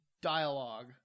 Dialogue